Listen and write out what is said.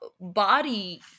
body